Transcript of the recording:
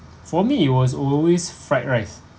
for me it was always fried rice